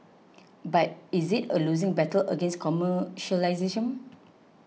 but is it a losing battle against commercialism